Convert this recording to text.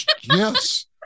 Yes